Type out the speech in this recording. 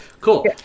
Cool